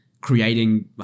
creating